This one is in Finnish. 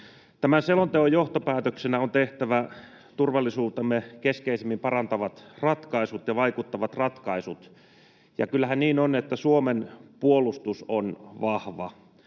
Tämän selonteon johtopäätöksenä on tehtävä turvallisuuttamme keskeisimmin parantavat ja siihen vaikuttavat ratkaisut. Ja kyllähän niin on, että Suomen puolustus on vahva.